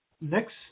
next